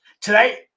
Today